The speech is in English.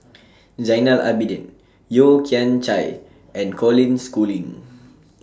Zainal Abidin Yeo Kian Chai and Colin Schooling